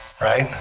Right